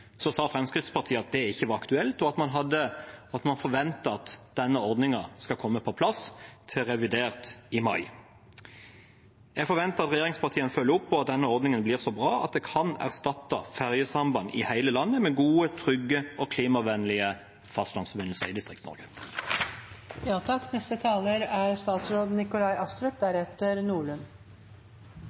sa Fremskrittspartiet at det ikke var aktuelt, og at man forventet at denne ordningen skal komme på plass i revidert i mai. Jeg forventer at regjeringspartiene følger opp, og at denne ordningen blir så bra at en kan erstatte fergesamband i hele landet med gode, trygge og klimavennlige fastlandsforbindelser i